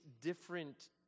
different